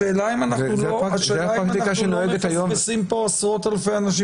השאלה אם אנחנו לא מפספסים פה עשרות-אלפי אנשים